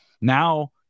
now